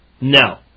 No